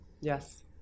yes